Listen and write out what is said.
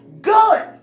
good